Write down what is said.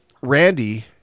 Randy